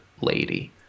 lady